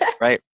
Right